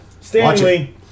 Stanley